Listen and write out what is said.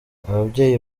ababyeyi